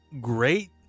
great